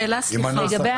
יש לי שאלה, סליחה.